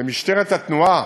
למשטרת התנועה,